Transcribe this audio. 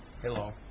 Hello